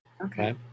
Okay